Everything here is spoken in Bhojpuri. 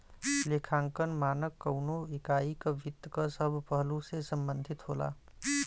लेखांकन मानक कउनो इकाई क वित्त क सब पहलु से संबंधित होला